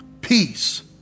peace